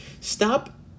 Stop